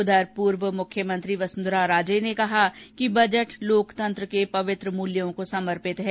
उधर पूर्व मुख्यमंत्री वसुंधरा राजे ने कहा कि बजट लोकतंत्र के पवित्र मूल्यों को संमर्पित है